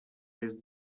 jest